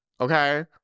Okay